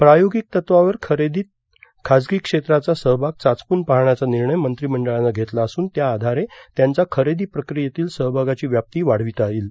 प्रायोगिक तत्वावर खरेदीत खासगी क्षेत्राचा सहभाग चाचपून पाहण्याचा निर्णय मंत्रिमंडळानं घेतला असून त्याआधारे त्यांचा खरेदी प्रक्रियेतील सहभागाची व्याप्ती वाढवता येईल